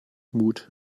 mut